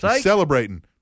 Celebrating